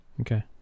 okay